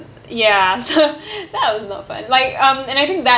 ya so that was not fun like um and I think that